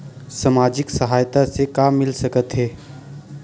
सामाजिक सहायता से का मिल सकत हे?